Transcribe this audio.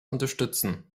unterstützen